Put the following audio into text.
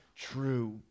true